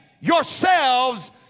yourselves